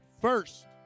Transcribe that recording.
first